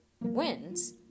wins